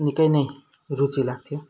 निकै नै रुचि लाग्थ्यो